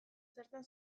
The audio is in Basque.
zertan